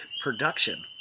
production